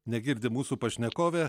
negirdi mūsų pašnekovė